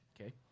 Okay